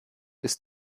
ist